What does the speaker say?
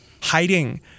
hiding